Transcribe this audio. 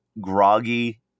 groggy